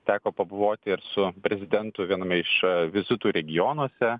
teko pabuvoti ir su prezidentu viename iš vizitų regionuose